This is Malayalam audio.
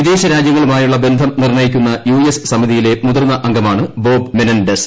വിദേശരാജ്യങ്ങളുമായുള്ള ബന്ധം നിർണയിക്കുന്ന യു എസ് സമിതിയിലെ മുതിർന്ന അംഗമാണ് ബോബ് മെനൻ ഡെസ്